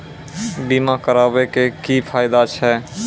बीमा कराबै के की फायदा छै?